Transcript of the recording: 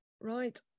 Right